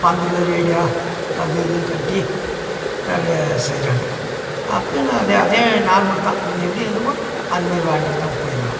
பந்தல் radio அது இதுன்னு கட்டி நிறைய செய்கிறாங்க அப்போ என்ன அதே அதே நார்மல் தான் முன்ன எப்படி இருந்தோமோ அதுமாரி வாழ்க்கையில் தான் போயிங்கிறோம்